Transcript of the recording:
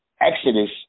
Exodus